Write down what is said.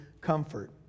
comfort